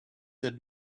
that